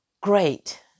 great